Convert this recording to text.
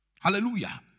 Hallelujah